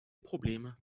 probleme